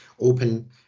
open